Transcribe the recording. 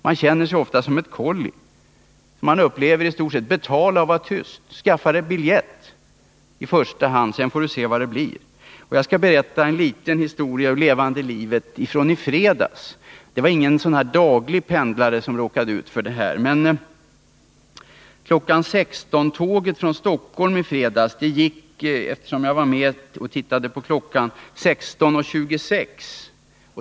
Man känner sig ofta som ett kolli och upplever sin situation ii stort sett så här: Betala och var tyst! Skaffa dig biljett i första hand; sedan får du se vad det blir. Jag skall berätta en liten historia ur levande livet från i fredags. Det var ingen daglig pendlare som råkade ut den gången. 16-tåget från Stockholm i fredags gick — jag var med och jag tittade på klockan — kl. 16.26.